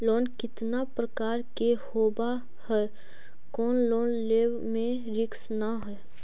Loan कितना प्रकार के होबा है कोन लोन लेब में रिस्क न है?